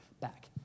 back